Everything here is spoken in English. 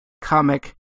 comic